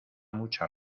mucha